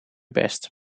best